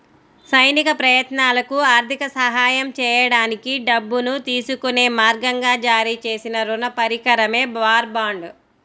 సైనిక ప్రయత్నాలకు ఆర్థిక సహాయం చేయడానికి డబ్బును తీసుకునే మార్గంగా జారీ చేసిన రుణ పరికరమే వార్ బాండ్